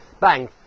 bang